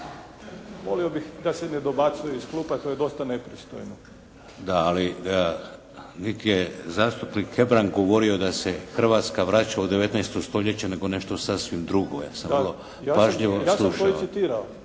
Ja sam ga citirao